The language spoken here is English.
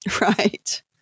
Right